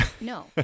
No